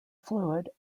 fluid